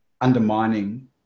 undermining